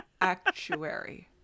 actuary